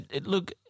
look